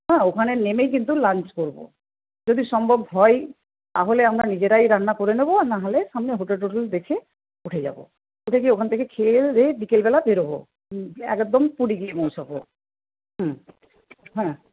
হ্যাঁ ওখানে নেমেই কিন্তু লাঞ্চ করব যদি সম্ভব হয় তাহলে আমরা নিজেরাই রান্না করে নেব আর নাহলে সামনে হোটেল টোটেল দেখে উঠে যাব উঠে গিয়ে ওখান থেকে খেয়ে দেয়ে বিকেলবেলা বেরোব হুম একদম পুরী গিয়ে পৌঁছব হুম হ্যাঁ